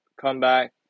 Comeback